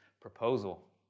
proposal